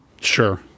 Sure